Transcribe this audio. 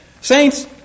Saints